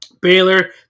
Baylor